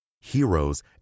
heroes